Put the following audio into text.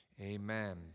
amen